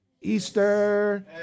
Easter